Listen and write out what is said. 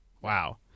Wow